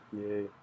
yay